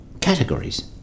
categories